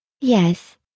Yes